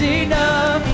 enough